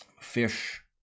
fish